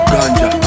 Ganja